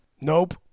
Nope